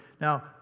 Now